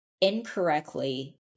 incorrectly